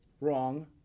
Wrong